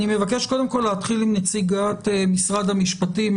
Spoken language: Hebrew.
אני מבקש קודם כל להתחיל עם נציגת משרד המשפטים,